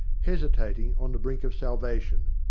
hesitating on the brink of salvation.